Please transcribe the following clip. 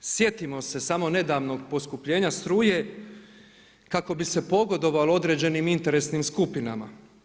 Sjetimo se samo nedavnog poskupljenja struje kako bi se pogodovalo određenim interesnim skupinama.